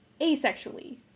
asexually